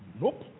Nope